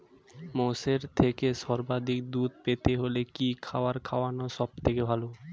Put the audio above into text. মোষের থেকে সর্বাধিক দুধ পেতে হলে কি খাবার খাওয়ানো সবথেকে ভালো?